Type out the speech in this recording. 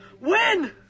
win